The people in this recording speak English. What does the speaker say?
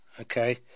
okay